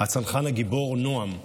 הצנחן הגיבור נועם חבה.